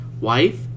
Wife